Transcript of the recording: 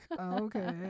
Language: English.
Okay